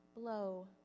blow